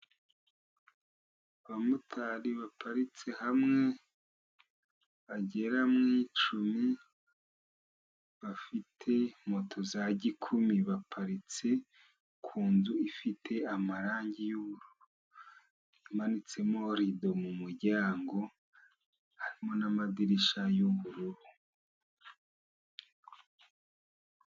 Abamotari baparitse hamwe bagera mu icumi. Bafite moto za gikumi, baparitse ku nzu ifite amarangi y'ubururu, imanitsemo rido mu muryango. Harimo n'amadirishya y'ubururu.